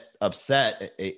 upset